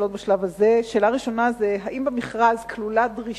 כשהנשאל הראשון הוא שר הבריאות,